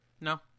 No